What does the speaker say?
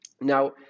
Now